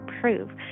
prove